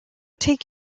take